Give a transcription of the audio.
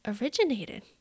originated